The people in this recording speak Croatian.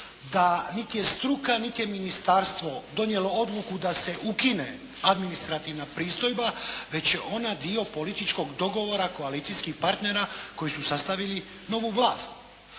da niti je struka niti je ministarstvo donijelo odluku da se ukine administrativna pristojba, već je ona dio političkog dogovora koalicijskih partnera koji su sastavili novu vlast.